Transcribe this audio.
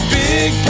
big